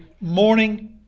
morning